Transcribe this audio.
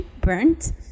burnt